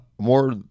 more